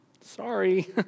Sorry